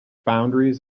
boundaries